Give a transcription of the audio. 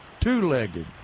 two-legged